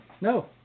No